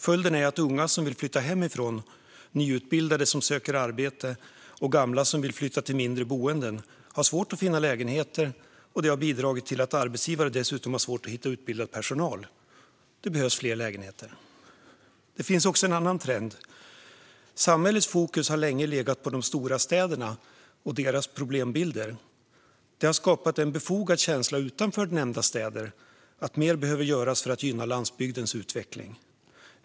Följden är att unga som vill flytta hemifrån, nyutbildade som söker arbete och gamla som vill flytta till mindre boenden har svårt att finna lägenheter, vilket dessutom har bidragit till att arbetsgivare har svårt att hitta utbildad personal. Det behövs fler lägenheter. Det finns också en annan trend. Samhällets fokus har länge legat på de stora städerna och deras problembilder. Det har skapat en befogad känsla utanför dessa städer att mer behöver göras för att gynna landsbygdens utveckling.